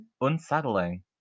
unsettling